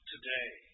today